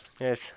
Yes